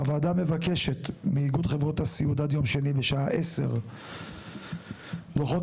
2. הוועדה מבקשת מאיגוד חברות הסיעוד עד יום שני בשעה 10:00 דוחות